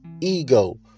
Ego